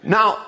Now